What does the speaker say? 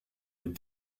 les